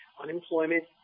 Unemployment